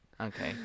Okay